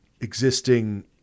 existing